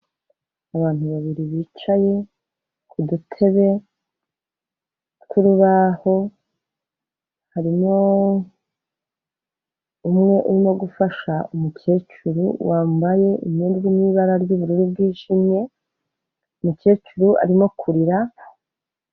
Abantu babiri bicaye ku dutebe tw'urubaho, harimo umwe urimo gufasha umukecuru wambaye imyenda iri mu ibara ry'ubururu bwijimye, umukecuru arimo kurira.